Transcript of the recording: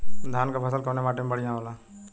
धान क फसल कवने माटी में बढ़ियां होला?